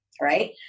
right